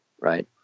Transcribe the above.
right